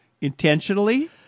intentionally